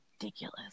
ridiculous